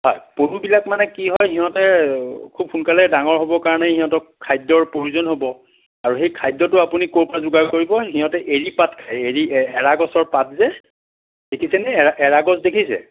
হয় পলুবিলাক মানে কি হয় সিহঁতে খুব সোনকালে ডাঙৰ হ'বৰ কাৰণে ইহঁতক খাদ্যৰ প্ৰয়োজন হ'ব আৰু সেই খাদ্যটো আপুনি ক'ৰপৰা যোগাৰ কৰিব সিহঁতে এৰীপাত খায় এৰী এৰা গছৰ পাত যে দেখিছেনে এ এৰা গছ দেখিছে